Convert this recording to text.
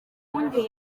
ubundi